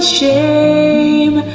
shame